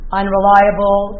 unreliable